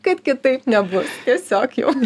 kad kitaip nebus tiesiog jau